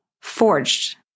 forged